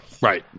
Right